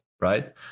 Right